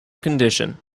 condition